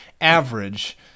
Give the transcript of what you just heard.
average